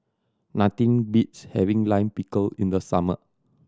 nothing beats having Lime Pickle in the summer